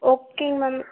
okay ங்க ma'am